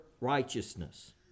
righteousness